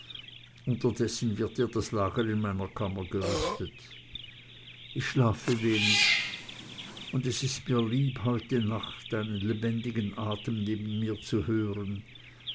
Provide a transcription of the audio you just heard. unterdessen wird dir das lager in meiner kammer gerüstet ich schlafe wenig und es ist mir lieb heute nacht einen lebendigen atem neben mir zu hören